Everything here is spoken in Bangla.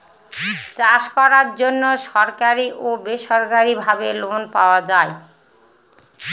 চাষ করার জন্য সরকারি ও বেসরকারি ভাবে লোন পাওয়া যায়